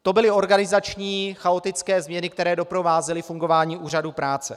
To byly organizační chaotické změny, které doprovázely fungování úřadů práce.